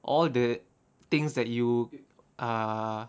all the things that you ah